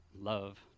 love